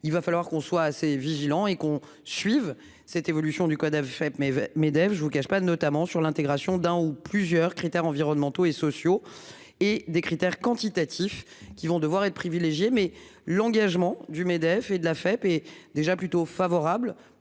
Il va falloir qu'on soit assez vigilant et qu'on suive cette évolution du code AFEP mais MEDEF je vous cache pas, notamment sur l'intégration d'un ou plusieurs critères environnementaux et sociaux et des critères quantitatifs, qui vont devoir être privilégiée mais l'engagement du MEDEF et de l'AFEP et déjà plutôt favorable